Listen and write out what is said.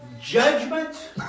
judgment